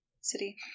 city